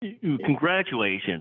Congratulations